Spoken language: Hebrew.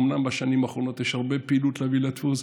אומנם בשנים האחרונות יש הרבה פעילות להביא לדפוס,